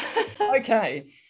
Okay